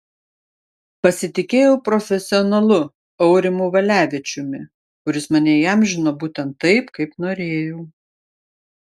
pasitikėjau profesionalu aurimu valevičiumi kuris mane įamžino būtent taip kaip norėjau